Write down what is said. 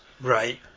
right